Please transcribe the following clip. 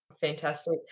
Fantastic